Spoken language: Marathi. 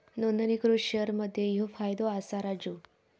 नोंदणीकृत शेअर मध्ये ह्यो फायदो असा राजू